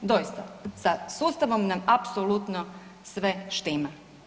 Doista, sa sustavom nam apsolutno sve štima.